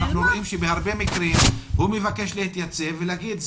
אנחנו רואים שבהרבה מקרים הוא מבקש להתייצב ולהגיד,